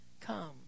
come